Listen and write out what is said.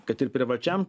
kad ir privačiam